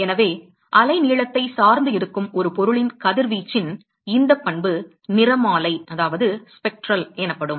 எனவே அலைநீளத்தைச் சார்ந்து இருக்கும் ஒரு பொருளின் கதிர்வீச்சின் இந்தப் பண்பு நிறமாலை எனப்படும்